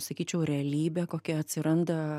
sakyčiau realybė kokia atsiranda